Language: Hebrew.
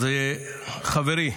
חבריי,